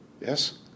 Yes